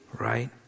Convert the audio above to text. right